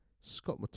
Scott